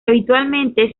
habitualmente